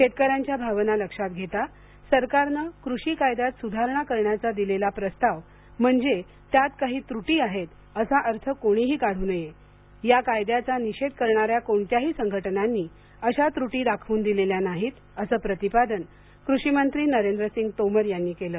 शेतकऱ्यांच्या भावना लक्षात घेता सरकारने कृषि कायद्यात सुरधारणा करण्याचा दिलेला प्रस्ताव म्हणजे त्यात काही त्रुटि आहेत असा अर्थ कोणीही काढू नये या कायद्याचा निषेध करणाऱ्या कोणत्याही संघटनांनी आशा त्रुटि दाखवून दिलेल्या नाहीत अस प्रतिपादन कृषिमंत्री नरेंद्र सिंग यांनी केल